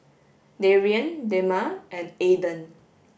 Darien Dema and Aidan